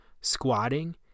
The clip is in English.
squatting